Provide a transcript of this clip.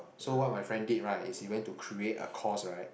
so what my friend did right is he went to create a course right